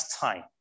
time